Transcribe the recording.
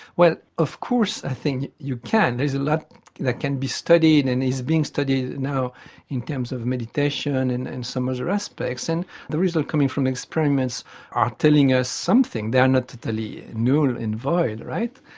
well, of course i think you can. there is a lot that can be studied and is being studied now in terms of meditation and and some other aspects, and the results coming from experiments are telling us something, they are not totally null and void, right?